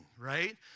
Right